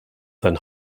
than